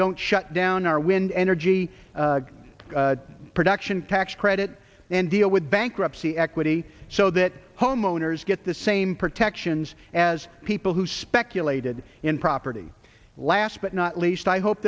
don't shut down our wind energy production tax credit and deal with bankruptcy equity so that homeowners get the same protections as people who speculated in property last but not least i hope